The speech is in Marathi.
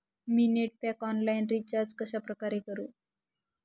मी नेट पॅक ऑनलाईन रिचार्ज कशाप्रकारे करु?